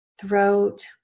throat